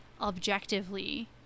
objectively